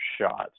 shot